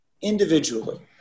individually